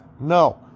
no